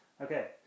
okay